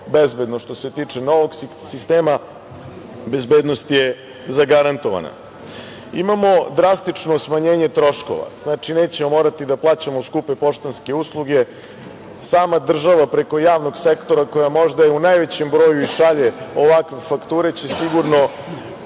bezbedno, a što se tiče novog sistema bezbednost je zagarantovana. Imamo drastično smanjenje troškova. Znači, nećemo morati da plaćamo skupe poštanske usluge. Sama država preko javnog sektora koja možda i u najvećem broju i šalje ovakve fakture će sigurno